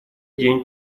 день